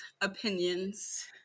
opinions